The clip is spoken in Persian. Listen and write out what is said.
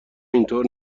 اینطور